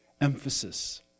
Emphasis